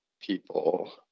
people